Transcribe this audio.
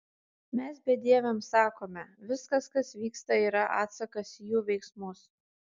mes bedieviams sakome viskas kas vyksta yra atsakas į jų veiksmus